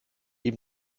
ihm